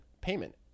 payment